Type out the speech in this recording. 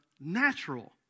natural